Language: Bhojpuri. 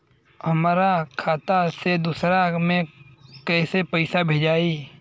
हमरा खाता से दूसरा में कैसे पैसा भेजाई?